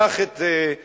שלח את שליחו,